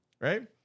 right